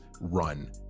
run